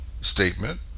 statement